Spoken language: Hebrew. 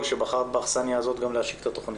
שבחרת באכסניה הזאת כדי להשיק את התכנית.